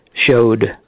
showed